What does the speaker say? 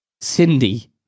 Cindy